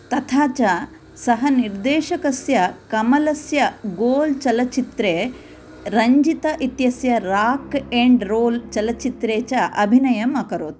तथा च सः निर्देशकस्य कमलस्य गोल् चलच्चित्रे रञ्जित इत्यस्य राक् एण्ड् रोल् चलच्चित्रे च अभिनयम् अकरोत्